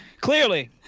clearly